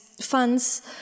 funds